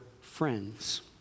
friends